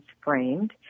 framed